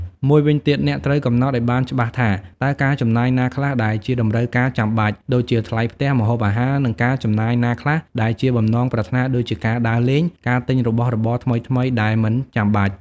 មួយវិញទៀត អ្នកត្រូវកំណត់ឱ្យបានច្បាស់ថា តើការចំណាយណាខ្លះដែលជាតម្រូវការចាំបាច់ ដូចជាថ្លៃផ្ទះ ម្ហូបអាហារ និងការចំណាយណាខ្លះដែលជាបំណងប្រាថ្នា ដូចជាការដើរលេង ការទិញរបស់របរថ្មីៗដែលមិនចាំបាច់។